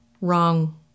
wrong